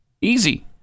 easy